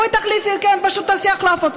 בואי תחליפי, כן, פשוט תעשי החלפות.